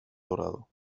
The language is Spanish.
dorado